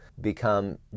become